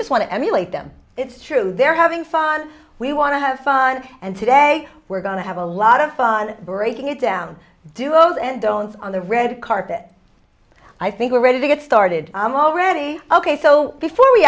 just want to emulate them it's true they're having fun we want to have fun and today we're going to have a lot of fun breaking it down do old and don'ts on the red carpet i think we're ready to get started i'm already ok so before we